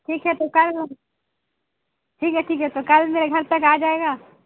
ٹھیک ہے تو کل ٹھیک ہے ٹھیک ہے تو کل میرے گھر تک آجائے گا